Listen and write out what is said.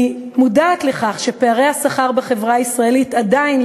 אני מודעת לכך שפערי השכר בחברה הישראלית עדיין,